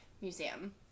Museum